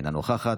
אינה נוכחת,